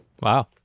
Wow